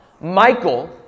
Michael